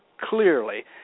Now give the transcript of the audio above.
clearly